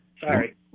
Sorry